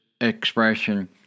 expression